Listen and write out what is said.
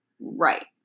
right